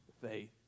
faith